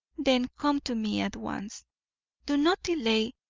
then come to me at once do not delay,